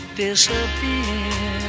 disappear